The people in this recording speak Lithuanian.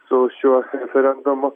su šiuo referendumu